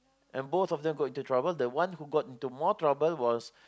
and both of them got into trouble the one who got into more trouble was